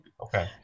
okay